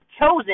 chosen